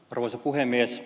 arvoisa puhemies